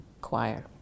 choir